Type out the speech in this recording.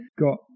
got